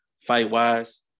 fight-wise